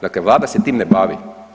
Dakle, Vlada se tim ne bavi.